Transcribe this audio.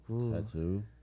Tattoo